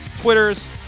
Twitters